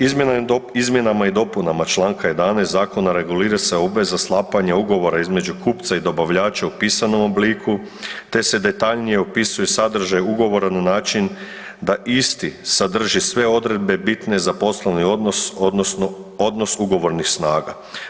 Izmjenama i dopunama čl. 11. zakona regulira se obveza sklapanja ugovora između kupca i dobavljača u pisanom obliku te se detaljnije opisuje sadržaj ugovora na način da isti sadrži sve odredbe bitne za poslovni odnosno odnos ugovornih snaga.